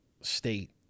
state